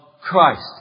Christ